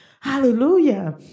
hallelujah